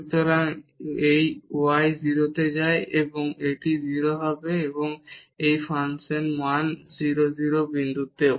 সুতরাং এই y 0 তে যায় এবং এটি 0 হবে এবং এটি ফাংশন মান 0 0 বিন্দুতেও